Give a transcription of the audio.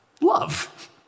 love